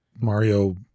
Mario